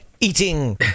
eating